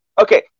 Okay